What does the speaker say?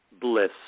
bliss